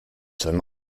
them